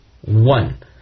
one